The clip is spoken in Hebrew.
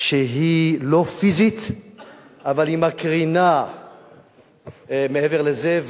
שהיא לא פיזית אבל היא מקרינה מעבר לזה.